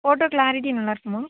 photo clarity நல்லாருக்குமா